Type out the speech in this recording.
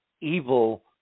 evil